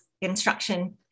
instruction